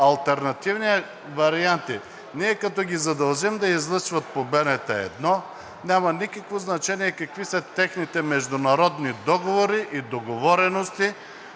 Алтернативният вариант е: ние като ги задължим да излъчват по БНТ 1 – няма никакво значение какви са техните международни договори и договорености,